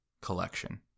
collection